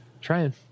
Trying